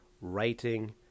writing